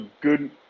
good